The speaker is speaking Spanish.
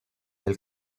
del